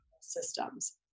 systems